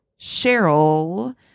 Cheryl